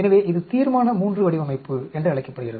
எனவே இது தீர்மான III வடிவமைப்பு என்று அழைக்கப்படுகிறது